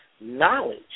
knowledge